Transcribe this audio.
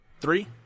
Three